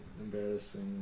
embarrassing